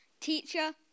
Teacher